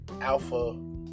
alpha